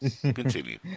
continue